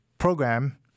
program